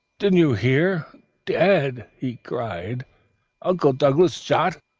didn't you hear dead? he cried uncle douglas shot!